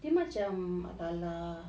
dia macam adalah